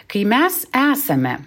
kai mes esame